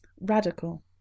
Radical